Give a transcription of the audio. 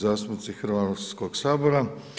zastupnici Hrvatskog sabora.